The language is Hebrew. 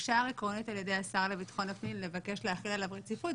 אושר עקרונית על ידי השר לביטחון הפנים לבקש להחיל עליו רציפות.